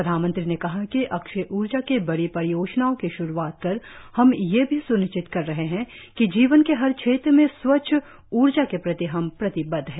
प्रधानमंत्री ने कहा कि अक्षय ऊर्जा के बड़ी परियोजनाओं की श्रूआत कर हम यह भी सुनिश्चित कर रहे हैं कि जीवन के हर क्षेत्र में स्वच्छ ऊर्जा के प्रति हम प्रतिबद्ध हैं